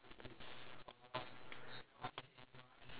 okay then hey hey bill is